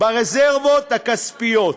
ברזרבות הכספיות.